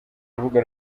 rubuga